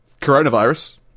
coronavirus